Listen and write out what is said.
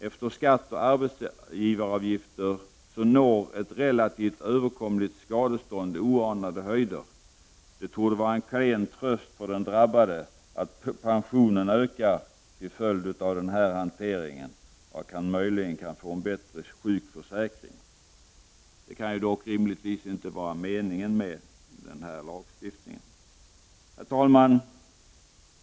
Efter skatt och arbetsgivaravgifter når ett relativt överkomligt skadestånd oanade höjder. Det torde vara en klen tröst för de drabbade att pensionen ökar till följd av denna hantering, och att de möjligen kan få en bättre sjukförsäkring. Detta kan dock rimligen inte vara meningen med lagstiftningen. Herr talman!